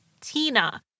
Tina